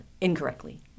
incorrectly